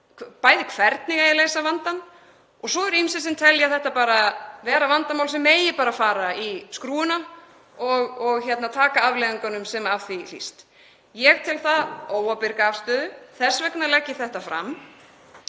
bæði hvernig eigi að leysa vandann og svo eru ýmsir sem telja þetta vera vandamál sem megi bara fara í skrúfuna og við tökum afleiðingunum sem af því hlýst. Ég tel það óábyrga afstöðu. Þess vegna legg ég þetta fram